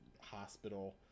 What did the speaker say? hospital